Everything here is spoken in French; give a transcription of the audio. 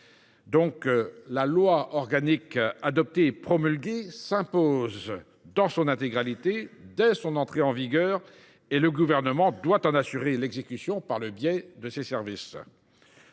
» La loi organique adoptée et promulguée s’impose donc dans son intégralité dès son entrée en vigueur, et le Gouvernement doit en assurer l’exécution par le biais de ses services.